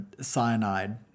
cyanide